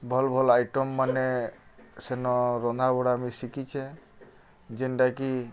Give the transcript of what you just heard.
ଭଲ୍ ଭଲ୍ ଆଇଟମ୍ମାନେ ସେନ ରନ୍ଧା ବଢ଼ା ବି ଶିଖିଛେ ଯେନ୍ଟାକି